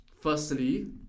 firstly